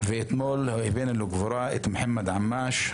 ואתמול הבאנו לקבורה את מוחמד עמאש,